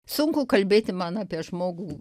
sunku kalbėti man apie žmogų